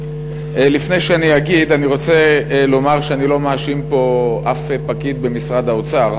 ראשית אני רוצה לומר שאני לא מאשים פה אף פקיד במשרד האוצר